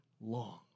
long